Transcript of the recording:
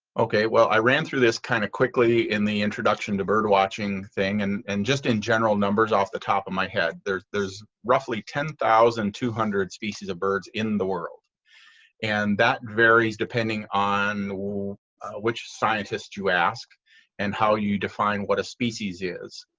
ok. well, i ran through this kind of quickly in the introduction to bird-watching lesson and and just in general numbers off the top of my head there's there's roughly ten thousand two hundred species of birds in the world and that varies depending on which scientists you ask and how you define what a species is.